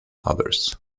others